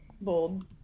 Bold